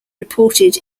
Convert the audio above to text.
reported